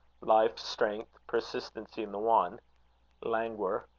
life, strength, persistency in the one languor,